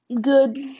good